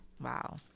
Wow